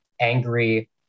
angry